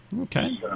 Okay